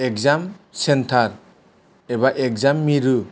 exam चेनटार एबा exam मिरु